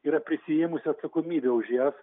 yra prisiėmusi atsakomybę už jas